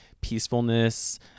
peacefulness